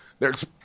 Next